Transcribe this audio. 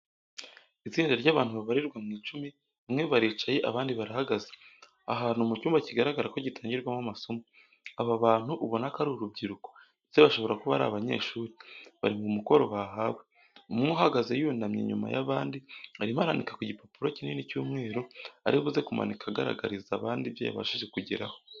Itsinda ry'abantu babarirwa mu icumi, bamwe baricaye abandi baragahaze, ahantu mu cyumba kigaragara ko gitangirwamo amasomo. Aba bantu ubona ko ari urubyiruko, ndetse bashobora kuba ari abanyeshuri, bari mu mukoro bahawe. Umwe uhagaze yunamye inyuma y'abandi arimo arandika ku gipapuro kinini cy'umweru, ari buze kumanika akagaragariza abandi ibyo yabashije kugeraho.